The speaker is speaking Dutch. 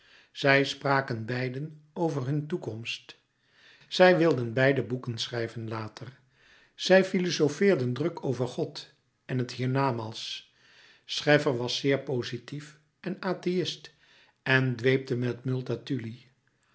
zij spraken beiden over hun toekomst zij wilden beiden boeken schrijven later zij filozofeerden druk over god en het hiernamaals scheffer was zeer pozitief en atheïst en dweepte met multatuli